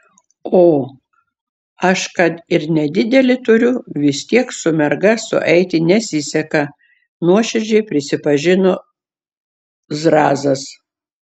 o aš kad ir nedidelį turiu vis tiek su merga sueiti nesiseka nuoširdžiai prisipažino zrazas